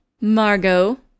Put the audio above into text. Margot